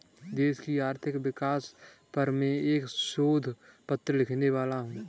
देश की आर्थिक विकास पर मैं एक शोध पत्र लिखने वाला हूँ